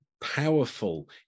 powerful